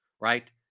right